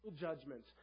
judgments